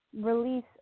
release